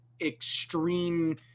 extreme